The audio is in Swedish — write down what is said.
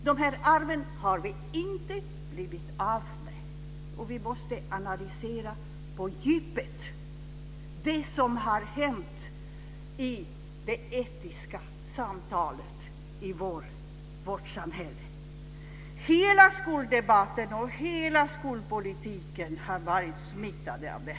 Dessa arv har vi inte blivit av med, och vi måste analysera på djupet det som har hänt i det etiska samtalet i vårt samhälle. Hela skoldebatten och hela skolpolitiken har varit smittade av detta.